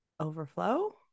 Overflow